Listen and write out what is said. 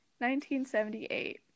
1978